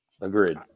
Agreed